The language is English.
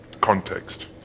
context